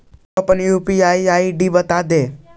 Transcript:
तु हमरा अपन यू.पी.आई आई.डी बतादे